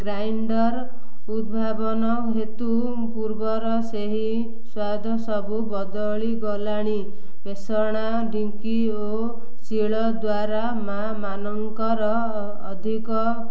grinder ଉଦ୍ଭାବନ ହେତୁ ପୂର୍ବର ସେହି ସ୍ଵାଦ ସବୁ ବଦଳିଗଲାଣି ପେଷଣା ଢ଼ିଙ୍କି ଓ ଶୀଳ ଦ୍ୱାରା ମାଆମାନଙ୍କର ଅଧିକ